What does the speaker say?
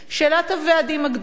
שאלת הוועדים הגדולים.